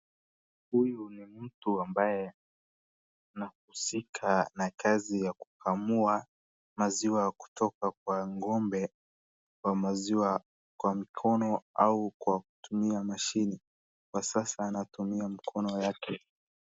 Huyu ni mtu ambaye anahusika na kazi ya kukamua maziwa kutoka kwa ng'ombe wa maziwa kwa mikono au kwa kutumia mashine. Kwa sasa anatumia mkono yake.